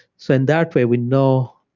so in that way, we know